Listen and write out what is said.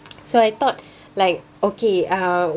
so I thought like okay uh